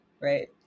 right